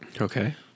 Okay